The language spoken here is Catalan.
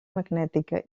magnètica